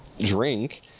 drink